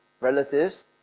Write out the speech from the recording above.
relatives